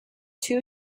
two